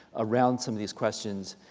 around some of these questions.